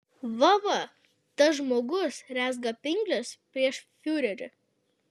va va tas žmogus rezga pinkles prieš fiurerį